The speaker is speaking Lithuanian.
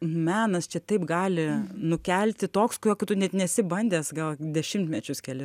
menas čia taip gali nukelti toks kokių tu net nesi bandęs gal dešimtmečius kelis